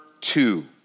two